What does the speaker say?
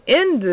end